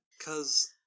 Cause